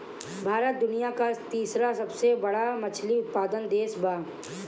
भारत दुनिया का तीसरा सबसे बड़ा मछली उत्पादक देश बा